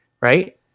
right